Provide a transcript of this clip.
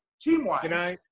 Team-wise